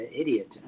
idiot